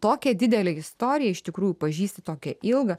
tokią didelę istoriją iš tikrųjų pažįsti tokią ilgą